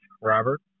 Robert